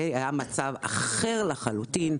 היה מצב אחר לחלוטין.